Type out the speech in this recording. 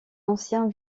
ancien